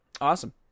Awesome